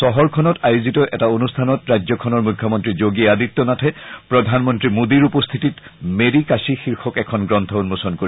চহৰখনত আয়োজিত এটা অনুষ্ঠানত ৰাজ্যখনৰ মুখ্যমন্ত্ৰী যোগী আদিত্যনাথে প্ৰধানমন্ত্ৰী মোডীৰ উপস্থিতিত মেৰী কাশী শীৰ্ষক এখন গ্ৰন্থ উন্মোচন কৰিব